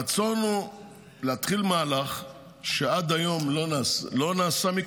הרצון הוא להתחיל מהלך שעד היום לא נעשה,